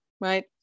right